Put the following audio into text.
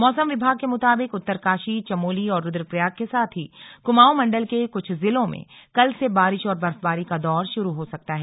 मौसम विभाग के मुताबिक उत्तरकाशी चमोली और रुद्रप्रयाग के साथ ही कुमाऊं मंडल के कुछ जिलों में कल से बारिश और बर्फबारी का दौर शुरू हो सकता है